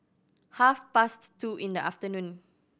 half past two in the afternoon